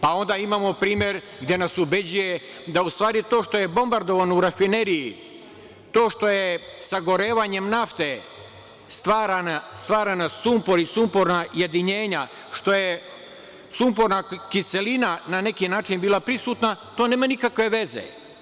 Pa, onda imamo primer gde nas ubeđuju da u stvari to što je bombardovano u Rafineriji, to što je sagorevanjem nafte stvaran sumpor i sumporna jedinjenja, što je sumporna kiselina na neki način bila prisutna, to nema nikakve veze.